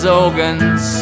organs